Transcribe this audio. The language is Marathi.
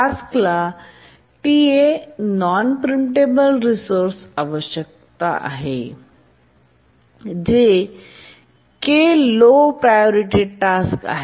टास्कला Ta नॉन प्रीम्पटेबल रिसोर्सेस आवश्यकता आहे जे K लो प्रायोरिटी टास्क करते